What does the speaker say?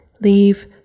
Leave